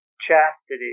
chastity